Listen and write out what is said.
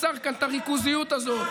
שיצר כאן את הריכוזיות הזו,